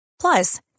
Plus